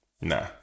Nah